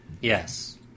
Yes